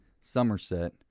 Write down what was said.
Somerset